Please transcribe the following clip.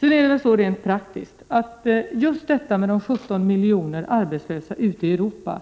Det är just det förhållandet att det finns 17 miljoner arbetslösa i Europa